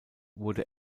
wurde